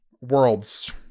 Worlds